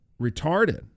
retarded